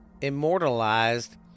Immortalized